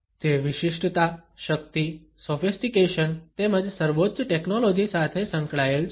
તે વિશિષ્ટતા શક્તિ સોફિસ્ટીકેશન તેમજ સર્વોચ્ચ ટેકનોલોજી સાથે સંકળાયેલ છે